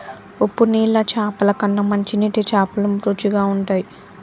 ఉప్పు నీళ్ల చాపల కన్నా మంచి నీటి చాపలు రుచిగ ఉంటయ్